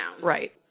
Right